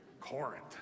Corinth